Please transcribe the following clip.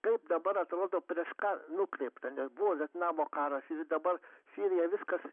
kaip dabar atrodo prieš ką nukreipta nes buvo vietnamo karas ir dabar sirijoj viskas